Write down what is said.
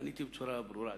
עניתי בצורה ברורה.